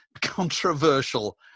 controversial